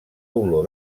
olor